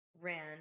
ran